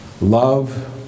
love